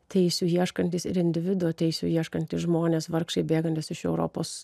teisių ieškantys ir individo teisių ieškantys žmonės vargšai bėgantys iš europos